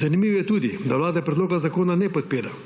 Zanimivo je tudi, da vlada predloga zakona ne podpira.